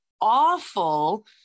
awful